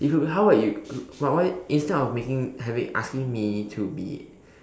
it could be how about you but why instead of making having asking me to be